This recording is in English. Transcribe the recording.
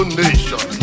nation